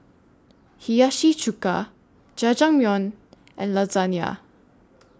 Hiyashi Chuka Jajangmyeon and Lasagne